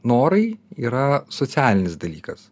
norai yra socialinis dalykas